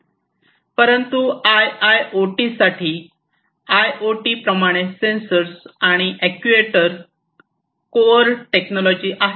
परंतु I I O T साठी I O T प्रमाणे सेन्सर आणि अॅक्ट्युएटर कोअर टेक्नॉलॉजी आहे